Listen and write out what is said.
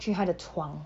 去她的床